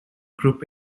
group